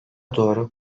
doğru